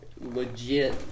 legit